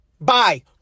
Bye